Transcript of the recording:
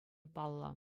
паллӑ